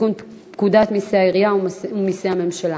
לתיקון פקודת מסי העירייה ומסי הממשלה,